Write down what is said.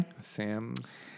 Sam's